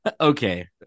Okay